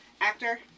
actor